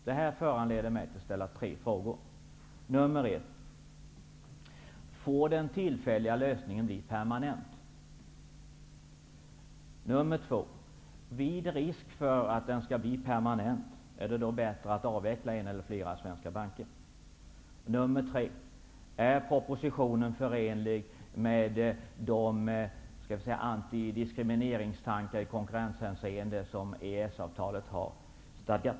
Detta leder mig till att ställa tre frågor: För det första: Får denna tillfälliga lösning bli permanent? För det andra: Vid risk för att den skall bli permanent, är det då bättre att avveckla en eller flera banker? För det tredje: Är propositionen förenlig med de antidiskrimineringstankar i konkurrenshänseende som stadgas i EES-avtalet?